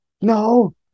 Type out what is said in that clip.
no